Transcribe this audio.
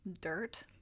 dirt